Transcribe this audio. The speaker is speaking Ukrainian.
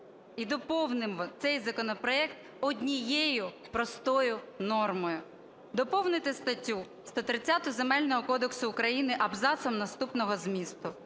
і доповнимо цей законопроект однією простою нормою. Доповнити статтю 130 Земельного кодексу України абзацом наступного змісту: